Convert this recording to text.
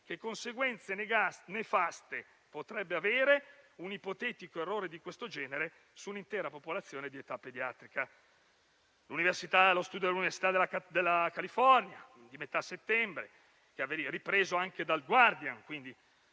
che conseguenze nefaste potrebbe avere un ipotetico errore di questo genere su un'intera popolazione di età pediatrica». Uno studio dell'università della California di metà settembre, ripreso anche dal «The Guardian»